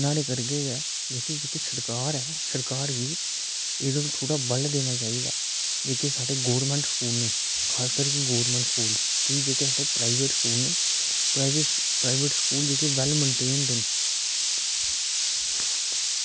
न्हाड़े करके गै जेह्की सरकार ऐ सरकार गी एह्दे पर थोह्ड़ा बल देना चाहिदा जेह्के साढ़े गौरमैंट स्कूल न खास करियै गौरमैंट स्कूल की जेह्के साढ़े प्राईवेट स्कूल न जेह्के ओह् बैल मैंटेन्ड न